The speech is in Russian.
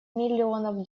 миллионов